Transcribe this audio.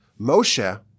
Moshe